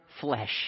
flesh